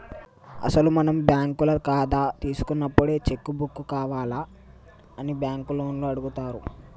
అసలు మనం బ్యాంకుల కథ తీసుకున్నప్పుడే చెక్కు బుక్కు కావాల్నా అని బ్యాంకు లోన్లు అడుగుతారు